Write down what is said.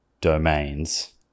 domains